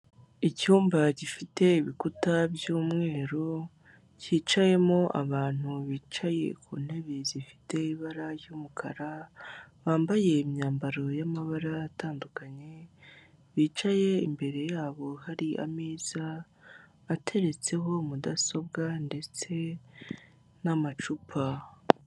Icyumba gifite ibikuta by'umweru cyicayemo abantu bicaye ku ntebe zifite ibara ry'umukara bambaye imyambaro y'amabara atandukanye, bicaye imbere yabo hari ameza ateretseho mudasobwa ndetse n'amacupa.